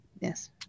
Yes